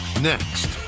Next